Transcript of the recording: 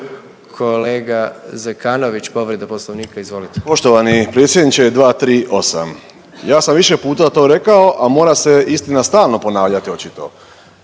Kolega Zekanović, povreda Poslovnika. Izvolite. **Zekanović, Hrvoje (HDS)** Poštovani predsjedniče 238. Ja sam više puta to rekao, a mora se istina stalno ponavljati očito.